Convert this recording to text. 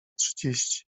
trzydzieści